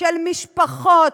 של משפחות,